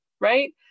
Right